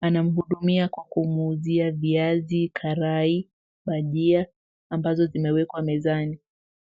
Anamhudumia kwa kumuuzia viazi karai, bhajia, ambazo zimewekwa mezani.